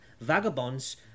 vagabonds